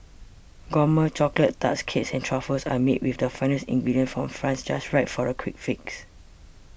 gourmet chocolate tarts cakes and truffles are made with the finest ingredients from France just right for a quick fix